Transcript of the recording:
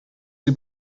sie